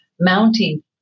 mounting